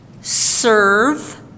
serve